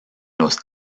los